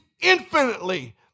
infinitely